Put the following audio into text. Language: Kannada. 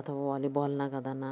ಅಥವಾ ವಾಲಿಬಾಲ್ನಾಗ ಅದನ್ನ